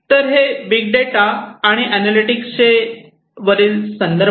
तर हे big data आणि अनॅलिटिक्सचे वरील काही संदर्भ आहेत